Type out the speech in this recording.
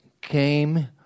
came